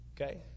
Okay